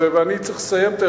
ואני צריך תיכף לסיים,